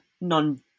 non